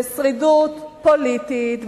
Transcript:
בשרידות פוליטית,